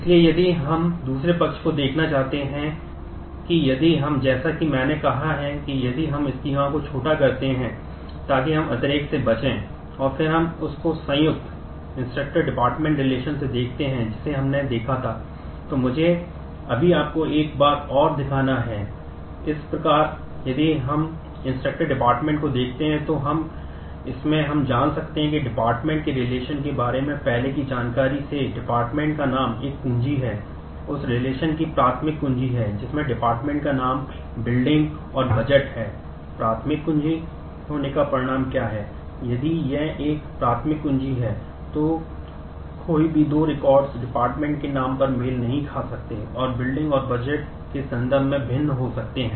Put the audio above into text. इसलिए यदि हम दूसरे पक्ष को देखना चाहते हैं कि यदि हम जैसा कि मैंने कहा है कि यदि हम स्कीमाके संदर्भ में भिन्न हो सकते हैं